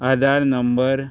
Aadhaar number